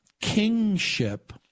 Kingship